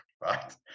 right